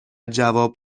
جواب